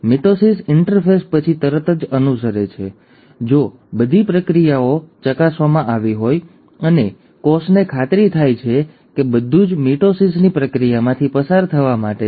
mitosis interphase પછી તરત જ અનુસરે છે જો બધી પ્રક્રિયાઓ ચકાસવામાં આવી હોય અને કોષને ખાતરી થાય છે કે બધું જ મિટોસિસની પ્રક્રિયામાંથી પસાર થવા માટે છે